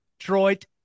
Detroit